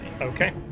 Okay